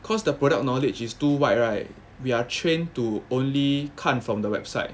cause the product knowledge is too wide right we are trained to only 看 from the website